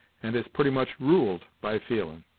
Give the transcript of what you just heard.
and is pretty much ruled by feelin'.